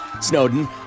Snowden